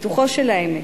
פיתוחו של העמק,